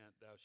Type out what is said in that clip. thou